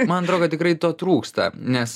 man atrodo kad tikrai to trūksta nes